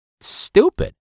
stupid